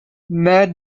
ned